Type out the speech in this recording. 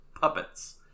puppets